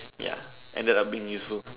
ya ended up being useful